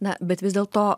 na bet vis dėl to